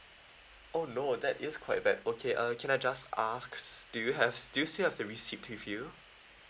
oh no that is quite bad okay uh can I just ask do you have do you still have the receipt with you